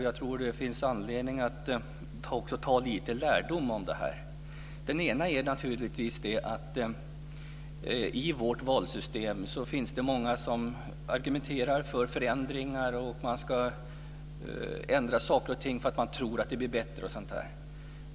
Och jag tror att det finns anledning att också ta lite lärdom av detta. En sak är naturligtvis att det när det gäller vårt valsystem finns många som argumenterar för förändringar därför att man tror att det ska bli bättre.